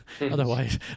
Otherwise